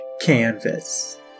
Canvas